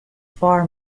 far